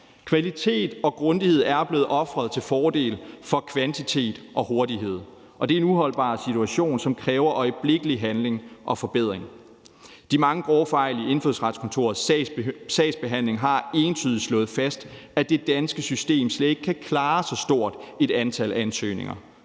Kvalitet og grundighed er blevet ofret til fordel for kvantitet og hurtighed, og det er en uholdbar situation, som kræver øjeblikkelig handling og forbedring. De mange grove fejl i Indfødsretskontorets sagsbehandling har entydigt slået fast, at det danske system slet ikke kan klare så stort et antal ansøgninger,